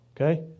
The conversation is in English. okay